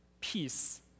peace